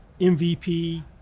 MVP